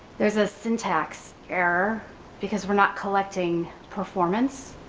there's a syntax error because we're not collecting performance.